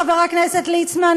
חבר הכנסת ליצמן,